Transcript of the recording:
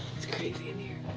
it's crazy in here.